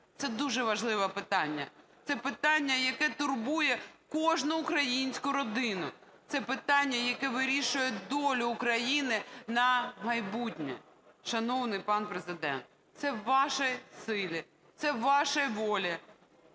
Це дуже важливе питання, це питання, яке турбує кожну українську родину. Це питання, яке вирішує долю України на майбутнє. Шановний пан Президент, це в вашій силі, це в вашій волі.